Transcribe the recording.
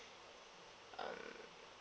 err